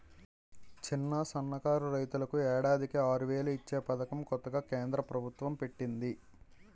చిన్న, సన్నకారు రైతులకు ఏడాదికి ఆరువేలు ఇచ్చే పదకం కొత్తగా కేంద్ర ప్రబుత్వం పెట్టింది